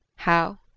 how?